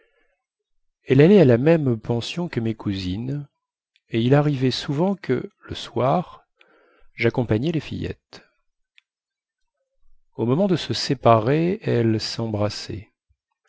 elle allait à la même pension que mes cousines et il arrivait souvent que le soir jaccompagnais les fillettes au moment de se séparer elles